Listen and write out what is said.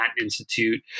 Institute